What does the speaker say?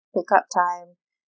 pick up time